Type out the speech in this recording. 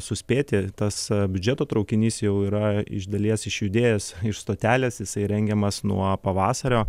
suspėti tas biudžeto traukinys jau yra iš dalies išjudėjęs iš stotelės jisai rengiamas nuo pavasario